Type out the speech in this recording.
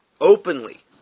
Openly